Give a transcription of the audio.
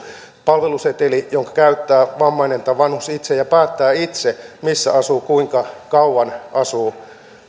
palveluseteli jonka käyttää vammainen tai vanhus itse ja hän päättää itse missä asuu kuinka kauan asuu ja